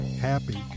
happy